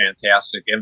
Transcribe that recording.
fantastic